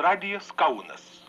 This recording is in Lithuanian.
radijas kaunas